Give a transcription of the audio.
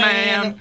Man